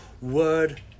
word